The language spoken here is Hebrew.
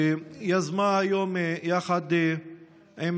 שיזמה היום יחד עם,